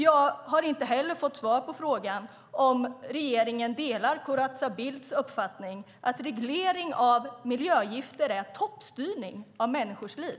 Jag har inte heller fått svar på frågan om regeringen delar Corazza Bildts uppfattning att reglering av miljögifter är toppstyrning av människors liv.